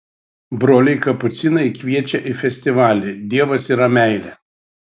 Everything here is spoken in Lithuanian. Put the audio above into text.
broliai kapucinai kviečia į festivalį dievas yra meilė